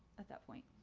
at that point.